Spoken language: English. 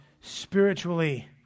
spiritually